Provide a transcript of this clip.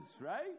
right